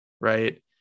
right